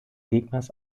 gegners